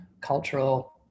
cultural